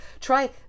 try